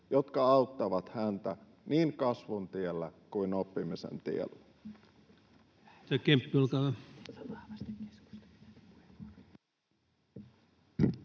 joka auttaa häntä niin kasvun tiellä kuin oppimisen tiellä.